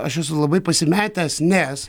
aš esu labai pasimetęs nes